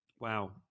Wow